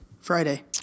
Friday